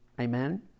Amen